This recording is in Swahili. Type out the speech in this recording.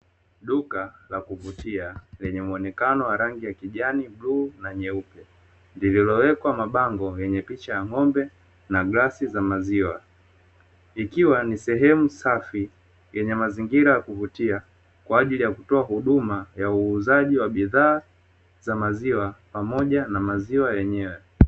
Duka la kuvutia lenye muonekano wa rangi ya kijani, bluu na nyeupe; lililowekwa mabango yenye picha ya ng'ombe na glasi za maziwa. Ikiwa ni sehemu safi yenye mazingira ya kuvutia kwa ajili ya kutoa huduma ya uuzaji wa bidhaa za maziwa pamoja na maziwa yenyewe.